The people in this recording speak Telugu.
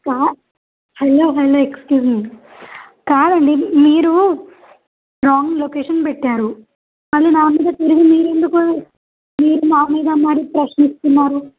కా హలో హలో ఎక్స్క్యూజ్ మీ కాదండి మీరు రాంగ్ లొకేషన్ పెట్టారు మళ్ళీ నా మీద తిరిగి మీరు ఎందుకు మీరు మా మీద మరి ప్రశ్నిస్తున్నారు